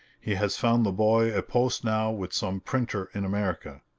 he has found the boy a post now with some printer in america.